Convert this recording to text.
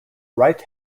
right